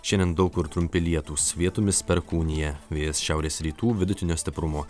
šiandien daug kur trumpi lietūs vietomis perkūnija vėjas šiaurės rytų vidutinio stiprumo